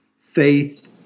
faith